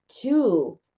two